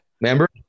Remember